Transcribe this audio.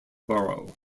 borough